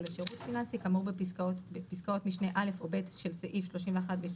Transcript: לשירות פיננסי כאמור בפסקאות משנה (א) או (ב) של סעיף 31(ב)(2),